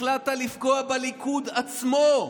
החלטת לפגוע בליכוד עצמו.